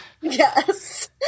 Yes